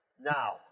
Now